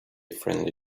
friendly